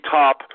top